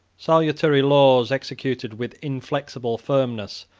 salutary laws, executed with inflexible firmness,